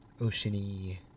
Oceany